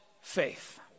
faith